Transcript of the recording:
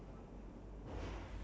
you don't buy